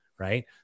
right